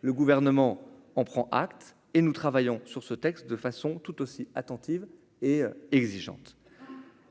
le gouvernement en prend acte et nous travaillons sur ce texte de façon tout aussi attentive et exigeante